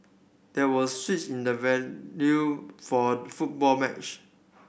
there was switch in the venue for football match